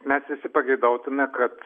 mes visi pageidautume kad